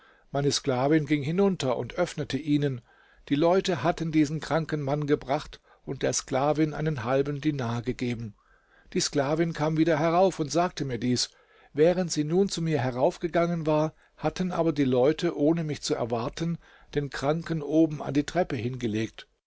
meine sklavin ging hinunter und öffnete ihnen die leute hatten diesen kranken mann gebracht und der sklavin einen halben dinar gegeben die sklavin kam wieder herauf und sagte mir dies während sie nun zu mir heraufgegangen war hatten aber die leute ohne mich zu erwarten den kranken oben an die treppe hingelegt